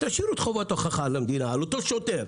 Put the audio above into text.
תשאירו את חובת ההוכחה על המדינה, על אותו שוטר.